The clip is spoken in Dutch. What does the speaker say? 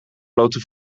blote